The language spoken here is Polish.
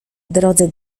drodze